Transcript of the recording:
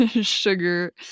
sugar